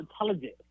intelligent